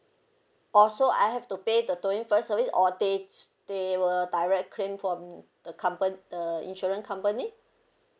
orh so I have to pay the towing first service or they they will direct claim from the company the insurance company